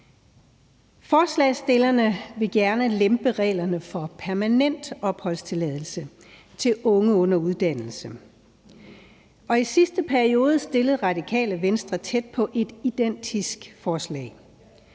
Forslagsstillerne vil gerne lempe reglerne for permanent opholdstilladelse til unge under uddannelse, og i sidste periode fremsatte Radikale Venstre tæt på et identisk forslag.